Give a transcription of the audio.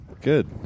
Good